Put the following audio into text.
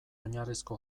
oinarrizko